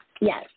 Yes